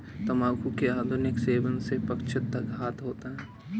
तंबाकू के अधिक सेवन से पक्षाघात होता है